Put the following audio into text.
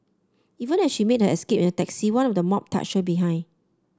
even as she made her escape at taxi one of the mob touched her behind